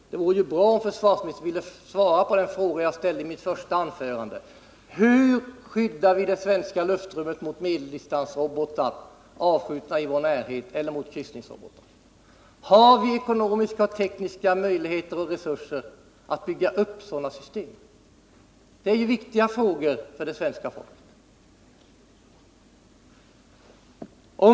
Det vore bra om försvarsministern ville svara på den fråga jag ställde i mitt första anförande: Hur skyddar vi det svenska luftrummet mot medeldistansrobotar, avskjutna i vår närhet, eller mot kryssningsrobotar? Har vi ekonomiska och tekniska möjligheter och resurser att bygga upp sådana system? Det är ju viktiga frågor för det svenska folket.